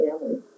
family